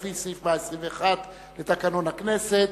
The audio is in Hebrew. לפי סעיף 121 לתקנון הכנסת.